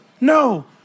no